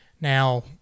Now